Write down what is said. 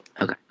Okay